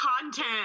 content